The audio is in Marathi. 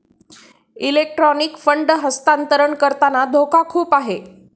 इलेक्ट्रॉनिक फंड हस्तांतरण करताना धोका खूप आहे